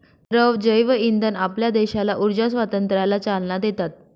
द्रव जैवइंधन आपल्या देशाला ऊर्जा स्वातंत्र्याला चालना देतात